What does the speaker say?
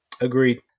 agreed